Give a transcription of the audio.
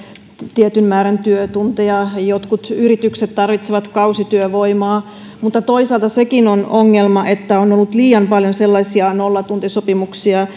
tietyn määrän työtunteja jotkut yritykset tarvitsevat kausityövoimaa mutta toisaalta sekin on ongelma että on ollut liian paljon sellaisia nollatuntisopimuksia